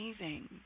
amazing